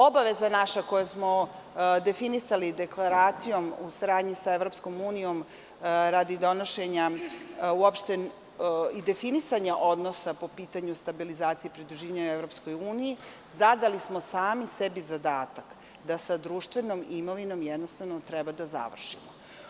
Obaveza naša koju smo definisali Deklaracijom u saradnji sa EU radi donošenja i definisanja odnosa po pitanju stabilizacije i pridruživanja Evropskoj uniji, zadali smo sami sebi zadatak da sa društvenom imovinom jednostavno treba da završimo.